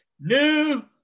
new